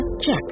Check